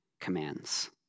commands